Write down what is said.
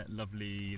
lovely